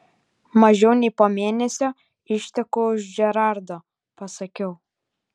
mažiau nei po mėnesio išteku už džerardo pasakiau